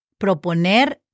Proponer